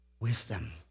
wisdom